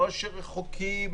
לא שרחוקים